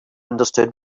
understood